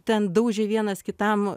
ten daužė vienas kitam